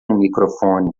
microfone